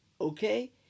okay